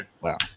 Wow